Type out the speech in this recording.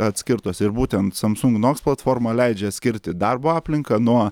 atskirtos ir būtent samsung noks platforma leidžia atskirti darbo aplinką nuo